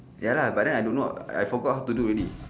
ya lah but then I do not I forgot how to do already